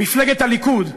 מפלגת הליכוד,